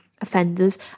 offenders